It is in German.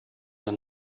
der